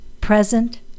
present